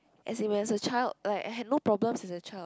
as in when was a child like I had no problem as a child